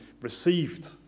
received